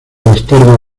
bastardo